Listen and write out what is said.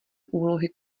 úlohy